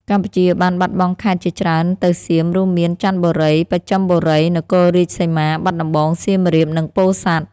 កម្ពុជាបានបាត់បង់ខេត្តជាច្រើនទៅសៀម រួមមាន ចន្ទបុរី បស្ចិមបុរី នគររាជសីមា បាត់ដំបង សៀមរាប និងពោធិ៍សាត់។